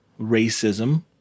racism